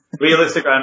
realistic